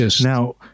Now